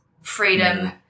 freedom